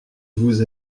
vous